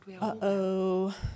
Uh-oh